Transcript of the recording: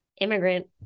immigrant